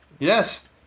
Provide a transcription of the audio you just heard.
Yes